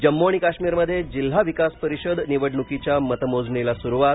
जम्मू आणि काश्मीरमध्ये जिल्हा विकास परिषद निवडणुकीच्या मतमोजणीला सुरुवात